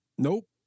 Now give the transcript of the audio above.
Nope